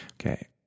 Okay